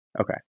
Okay